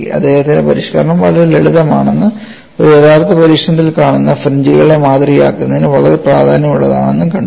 അദ്ദേഹത്തിന്റെ പരിഷ്ക്കരണം വളരെ ലളിതമാണെന്ന് ഒരു യഥാർത്ഥ പരീക്ഷണത്തിൽ കാണുന്ന ഫ്രിഞ്ച്കളെ മാതൃകയാക്കുന്നതിന് വളരെ പ്രാധാന്യമുള്ളതാണെന്ന് കണ്ടു